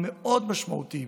המאוד-משמעותיים